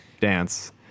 dance